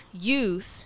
youth